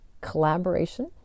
Collaboration